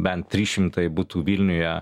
bent trys šimtai butų vilniuje